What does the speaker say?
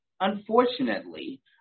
Unfortunately